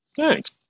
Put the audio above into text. Thanks